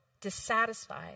dissatisfied